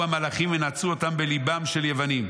המלאכים ונעצו אותם בלבו של היוונים,